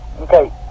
Okay